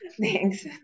Thanks